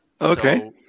okay